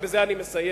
ובזה אני מסיים,